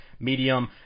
Medium